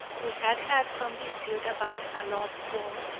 we had had some dispute about a lost ball,